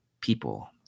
people